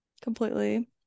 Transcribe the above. completely